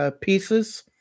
pieces